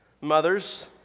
mothers